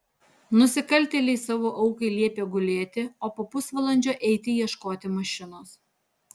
nusikaltėliai savo aukai liepė gulėti o po pusvalandžio eiti ieškoti mašinos